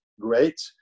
great